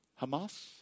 Hamas